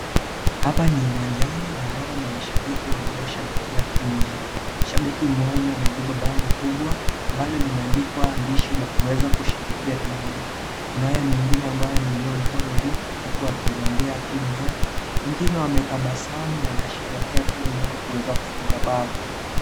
Hapa ni uwanjani na hawa ni mashabiki wanaoshabikia timu yao. Shambiki mmoja amembemba bango kubwa, ambalo limeandikwa andishi la kuweza kushambikia timu ile. Kunaye mwingine ambaye ameinua mikono juu huku akiombea timu yake wengine wametabasamu wanasheherekea timu yao kuweza kufunga mbao.